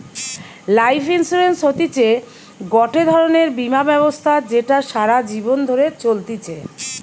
life insurance হতিছে গটে ধরণের বীমা ব্যবস্থা যেটা সারা জীবন ধরে চলতিছে